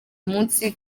munsi